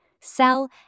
sell